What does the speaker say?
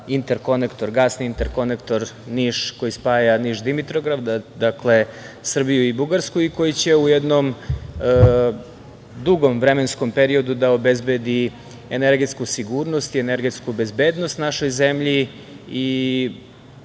vezano za gasni interkonektor koji spaja Niš-Dimitrovgrad, dakle, Srbiju i Bugarsku i koji će u jednom dugom vremenskom periodu da obezbedi energetsku sigurnost i energetsku bezbednost našoj zemlji. Ono